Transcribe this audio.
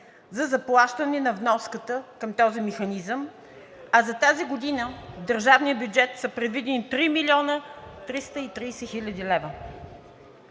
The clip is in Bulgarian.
за заплащане на вноската към този механизъм, а за тази година в държавния бюджет са предвидени 3 млн. 330 хил. лв.